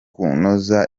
kunoza